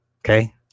Okay